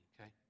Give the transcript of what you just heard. okay